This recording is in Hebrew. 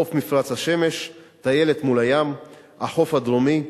חוף "מפרץ השמש", טיילת "מול הים", החוף הדרומי,